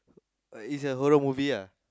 oh it's a Marvel movie ah